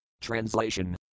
Translation